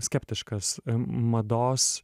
skeptiškas mados